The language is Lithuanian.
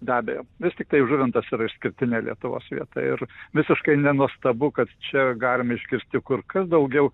be abejo vis tiktai žuvintas yra išskirtinė lietuvos vieta ir visiškai nenuostabu kad čia galime iškirsti kur kas daugiau